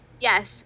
Yes